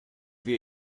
wir